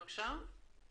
בבקשה.